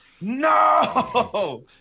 No